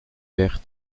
berthe